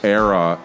era